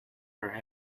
her